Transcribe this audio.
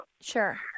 Sure